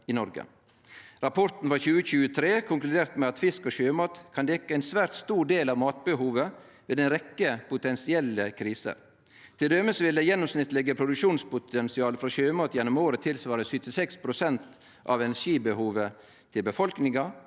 Rapporten frå 2023 konkluderer med at fisk og sjømat kan dekkje ein svært stor del av matbehovet ved ei rekkje potensielle kriser. Til dømes vil det gjennomsnittlege produksjonspotensialet frå sjømat gjennom året svare til 76 pst. av energibehovet til befolkninga